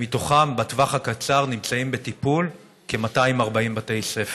ומתוכם בטווח הקצר נמצאים בטיפול כ-240 בתי ספר.